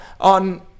on